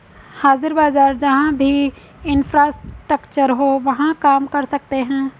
हाजिर बाजार जहां भी इंफ्रास्ट्रक्चर हो वहां काम कर सकते हैं